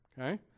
okay